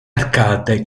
arcate